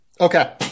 Okay